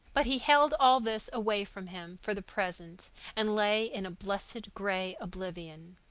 but he held all this away from him for the present and lay in a blessed gray oblivion.